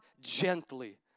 gently